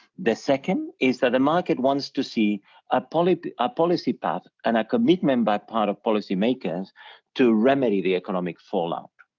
the second is that the market wants to see a policy a policy path and a commitment by part of policymakers to remedy the economic fallout.